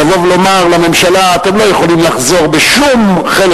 לבוא ולומר לממשלה: אתם לא יכולים לחזור בשום חלק